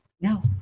No